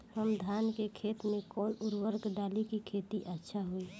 हम धान के खेत में कवन उर्वरक डाली कि खेती अच्छा होई?